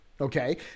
Okay